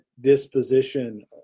disposition